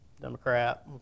Democrat